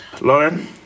Lauren